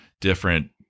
different